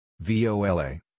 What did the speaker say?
VOLA